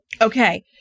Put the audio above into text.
Okay